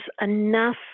enough